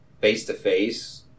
face-to-face